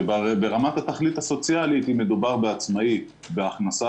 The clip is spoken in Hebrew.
וברמת התכלית הסוציאלית אם מדובר על עצמאי בהכנסה